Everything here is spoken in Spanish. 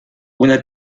una